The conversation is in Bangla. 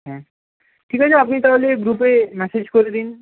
হ্যাঁ ঠিক আছে আপনি তাহলে গ্রুপে মেসেজ করে দিন